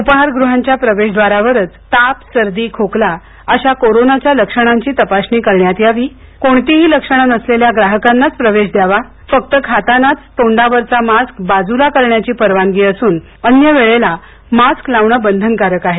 उपाहारगृहांच्या प्रवेशद्वारावरच ताप सर्दी खोकला अशा कोरोनाच्या लक्षणांची तपासणी करण्यात यावी कोणतीही लक्षणं नसलेल्या ग्राहकांनाच प्रवेश यावा फक्त खातानाच तोंडावरचा मास्क बाजूला करण्याची परवानगी असून अन्य वेळेला मास्क लावणं बंधनकारक आहे